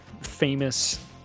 Famous